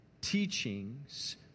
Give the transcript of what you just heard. teachings